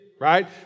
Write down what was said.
right